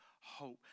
hope